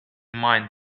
mind